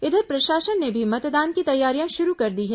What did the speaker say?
इधर प्रशासन ने भी मतदान की तैयारियां शुरू कर दी हैं